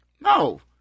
no